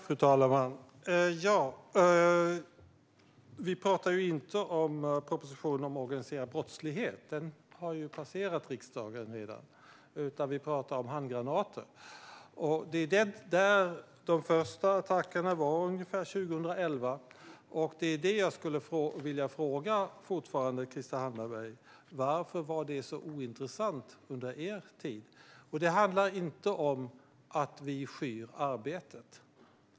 Fru talman! Vi talar inte om propositionen om organiserad brottslighet. Den har redan passerat riksdagen. Vi talar om handgranater. De första attackerna skedde ungefär 2011. Jag vill fortfarande fråga Krister Hammarbergh: Varför var det så ointressant under er tid? Det handlar inte om att vi skyr arbetet.